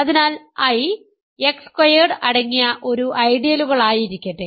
അതിനാൽ I X squared അടങ്ങിയ ഒരു ഐഡിയലുകലായിരിക്കട്ടെ